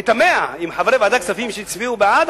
אני תמה אם חברי ועדת הכספים שהצביעו בעד